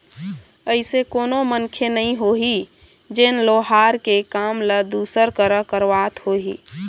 अइसे कोनो मनखे नइ होही जेन लोहार के काम ल दूसर करा करवात होही